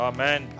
Amen